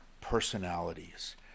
personalities